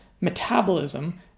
metabolism